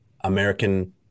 American